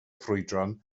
ffrwydron